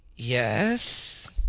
Yes